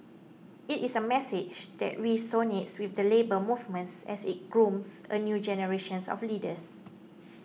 it is a message that resonates with the Labour Movements as it grooms a new generations of leaders